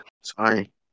Sorry